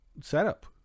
setup